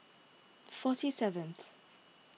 forty seventh